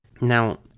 now